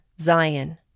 Zion